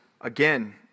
Again